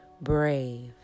brave